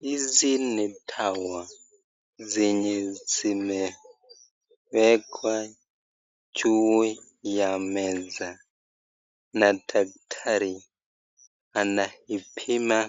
Hizi ni dawa zenye zimewekwa juu ya meza, na daktari anaipima